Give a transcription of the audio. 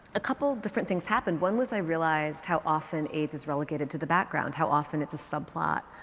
a couple of different things happened. one was i realized how often aids is relegated to the background. how often it's a subplot.